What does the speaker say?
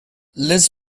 liz